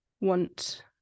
want